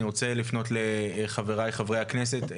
אני רוצה לפנות לחבריי, חברי הכנסת.